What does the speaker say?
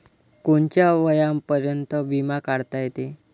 कोनच्या वयापर्यंत बिमा काढता येते?